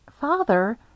Father